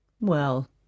Well